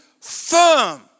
firm